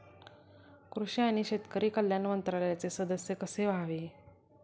कृषी आणि शेतकरी कल्याण मंत्रालयाचे सदस्य कसे व्हावे?